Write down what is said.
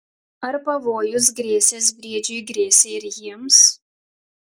ar pavojus grėsęs briedžiui grėsė ir jiems